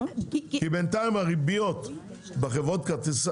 כי בינתיים הריביות בחברות כרטיסי האשראי,